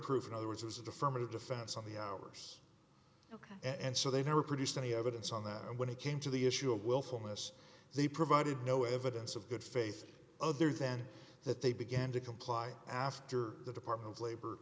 proof in other words as the firm a defense of the hours ok and so they never produced any evidence of that and when it came to the issue of willfulness they provided no evidence of good faith other than that they began to comply after the department of labor